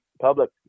public